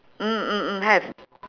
mm mm mm have